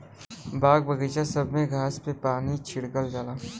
बाग बगइचा सब में घास पे पानी छिड़कल जाला